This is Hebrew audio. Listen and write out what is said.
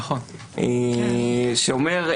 שאומר,